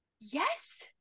Yes